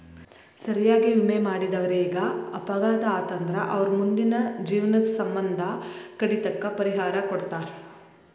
ಸರಿಯಾಗಿ ವಿಮೆ ಮಾಡಿದವರೇಗ ಅಪಘಾತ ಆತಂದ್ರ ಅವರ್ ಮುಂದಿನ ಜೇವ್ನದ್ ಸಮ್ಮಂದ ಕಡಿತಕ್ಕ ಪರಿಹಾರಾ ಕೊಡ್ತಾರ್